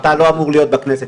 אתה לא אמור להיות בכנסת.